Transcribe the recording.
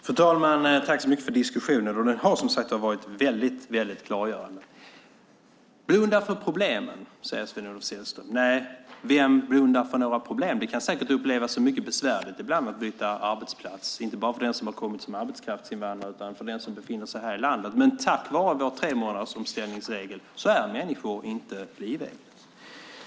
Fru talman! Tack för diskussionen! Den har varit väldigt klargörande. Sven-Olof Sällström säger att vi blundar för problemen. Nej, vem blundar för några problem? Det kan säkert upplevas som mycket besvärligt ibland att byta arbetsplats, inte bara för den som har kommit som arbetskraftsinvandrare utan också för den som befinner sig här i landet. Men tack vare vår tremånadersomställningsregel är människor inte livegna.